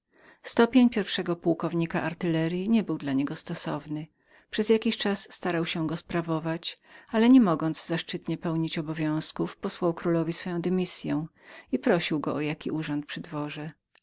stopień pierwszego pułkownika artyleryi niebył dla niego stosownym przez jakiś czas starał się go sprawować ale nie mogąc zaszczytnie pełnić obowiązków posłał królowi swoją dymissyą i prosił go o jaki urząd przy dworze